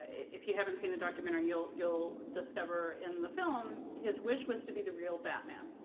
if you haven't seen the documentary, you'll you'll discover in the film, his wish was to be the real batman.